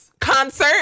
Concert